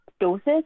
doses